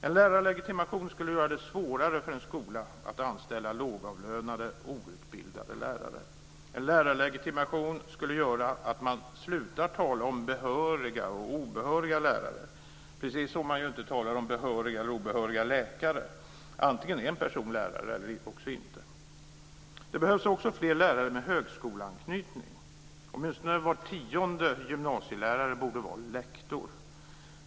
En lärarlegitimation skulle göra det svårare för en skola att anställa lågavlönade outbildade lärare. En lärarlegitimation skulle göra att man slutar tala om behöriga och obehöriga lärare. Man talar ju inte om behöriga eller obehöriga läkare. Antingen är en person lärare eller också inte. Det behövs också fler lärare med högskoleanknytning. Åtminstone var tionde gymnasielärare borde vara lektor.